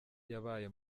yabaye